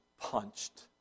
punched